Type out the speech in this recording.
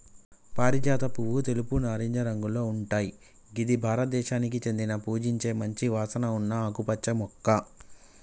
పారిజాత పువ్వు తెలుపు, నారింజ రంగులో ఉంటయ్ గిది భారతదేశానికి చెందిన పూజించే మంచి వాసన ఉన్న ఆకుపచ్చ మొక్క